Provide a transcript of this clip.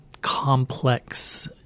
complex